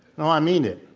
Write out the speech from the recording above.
no, i mean it.